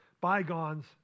Bygones